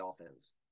offense